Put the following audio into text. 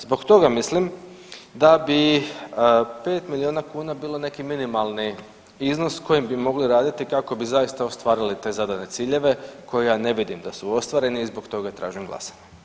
Zbog toga mislim da bi 5 miliona kuna bilo neki minimalni iznos kojem bi mogli raditi kako bi zaista ostvarili te zadane ciljeve koje ja ne vidim da su ostvareni i zbog toga tražim glasanje.